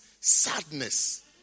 sadness